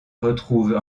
retrouve